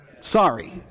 Sorry